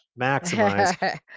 maximize